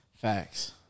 Facts